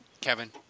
Kevin